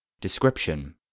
Description